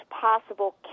possible